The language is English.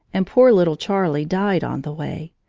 and poor little charlie died on the way.